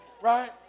Right